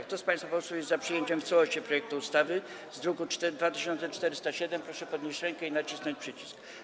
Kto z państwa posłów jest za przyjęciem w całości projektu ustawy w brzmieniu z druku nr 2407, proszę podnieść rękę i nacisnąć przycisk.